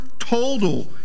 Total